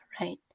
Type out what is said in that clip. right